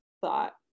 thought